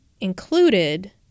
included